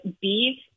beef